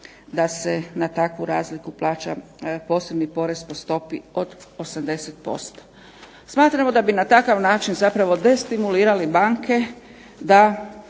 da se na takvu razliku plaća posebni porez od stopi od 80%. Smatramo da bi na takav način zapravo destimulirali banke da